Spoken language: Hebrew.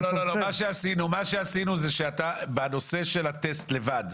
מה שעשינו זה שבנושא של הטסט לבד,